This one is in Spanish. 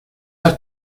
has